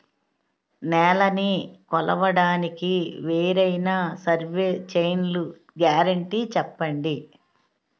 నేలనీ కొలవడానికి వేరైన సర్వే చైన్లు గ్యారంటీ చెప్పండి?